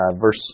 verse